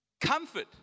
Comfort